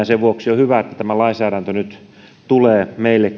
sen vuoksi on hyvä että tämä lainsäädäntö nyt tulee meille